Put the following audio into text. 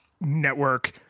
network